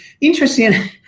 Interesting